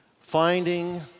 finding